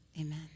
amen